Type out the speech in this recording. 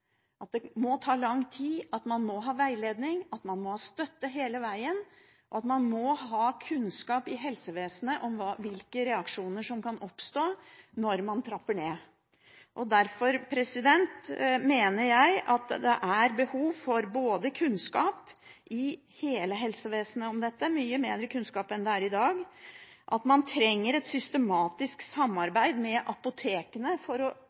må ta lang tid, man må ha veiledning, man må ha støtte hele veien, man må ha kunnskap i helsevesenet om hvilke reaksjoner som kan oppstå når man trapper ned. Derfor mener jeg at det er behov for kunnskap i hele helsevesenet om dette – mye bedre kunnskap enn det er i dag. Man trenger et systematisk samarbeid med apotekene for å